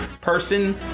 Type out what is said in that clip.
person